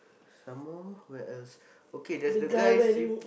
some more where else okay there's the guy sleep